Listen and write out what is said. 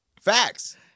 Facts